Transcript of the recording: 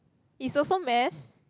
is also math